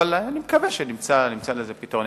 אבל אני מקווה שנמצא לזה פתרון.